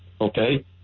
Okay